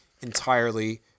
entirely